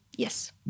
Yes